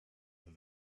that